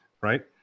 right